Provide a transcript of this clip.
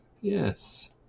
Yes